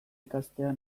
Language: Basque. ikastea